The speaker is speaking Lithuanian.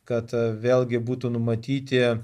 kad vėlgi būtų numatyti